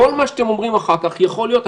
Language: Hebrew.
כל מה שאתם אומרים אחר כך יכול להיות,